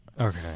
Okay